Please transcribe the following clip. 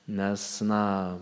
nes na